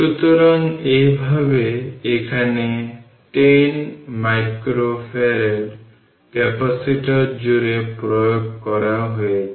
সুতরাং এইভাবে এখানে 10 মাইক্রোফ্যারাড ক্যাপাসিটর জুড়ে প্রয়োগ করা হয়েছে